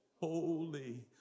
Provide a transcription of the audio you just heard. holy